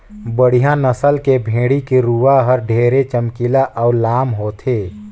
बड़िहा नसल के भेड़ी के रूवा हर ढेरे चमकीला अउ लाम होथे